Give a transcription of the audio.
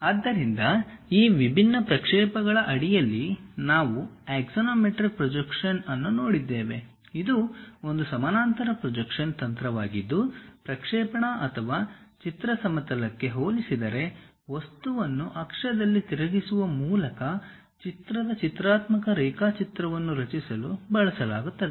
ಆದ್ದರಿಂದ ಈ ವಿಭಿನ್ನ ಪ್ರಕ್ಷೇಪಗಳ ಅಡಿಯಲ್ಲಿ ನಾವು ಆಕ್ಸಾನೊಮೆಟ್ರಿಕ್ ಪ್ರೊಜೆಕ್ಷನ್ ಅನ್ನು ನೋಡಿದ್ದೇವೆ ಇದು ಒಂದು ಸಮಾನಾಂತರ ಪ್ರೊಜೆಕ್ಷನ್ ತಂತ್ರವಾಗಿದ್ದು ಪ್ರಕ್ಷೇಪಣ ಅಥವಾ ಚಿತ್ರ ಸಮತಲಕ್ಕೆ ಹೋಲಿಸಿದರೆ ವಸ್ತುವನ್ನು ಅಕ್ಷದಲ್ಲಿ ತಿರುಗಿಸುವ ಮೂಲಕ ಚಿತ್ರದ ಚಿತ್ರಾತ್ಮಕ ರೇಖಾಚಿತ್ರವನ್ನು ರಚಿಸಲು ಬಳಸಲಾಗುತ್ತದೆ